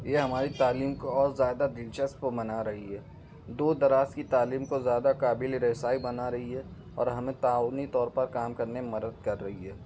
یہ ہماری تعلیم کو اور زیادہ دلچسپ بنا رہی ہے دور دراز کی تعلیم کو زیادہ قابل رسائی بنا رہی ہے اور ہمیں تعاونی طور پر کام کرنے میں مدد کر رہی ہے